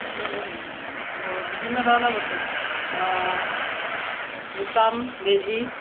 এইখিনি বিভিন্ন ধৰণৰ বস্তু বুটাম বেজী